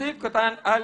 הסתייגות 13: בסעיף קטן (א),